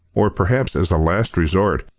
or, perhaps, as a last resort,